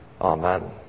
amen